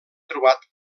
trobat